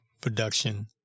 production